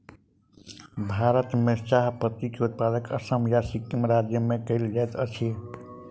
भारत में चाह पत्ती के उत्पादन असम आ सिक्किम राज्य में कयल जाइत अछि